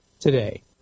today